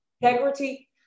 Integrity